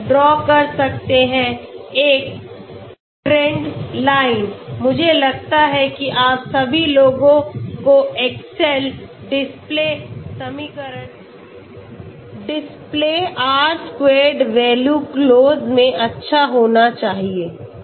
तो हम ड्रॉ कर सकते हैं एक ट्रेंड लाइन मुझे लगता है कि आप सभी लोगों को एक्सेल डिस्प्ले समीकरण display R squared value close मैं अच्छा होना चाहिए